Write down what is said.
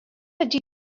ydy